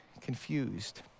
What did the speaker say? confused